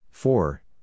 Four